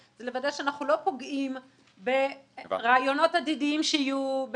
זה לוודא שאנחנו לא פוגעים ברעיונות עתידיים שיהיו,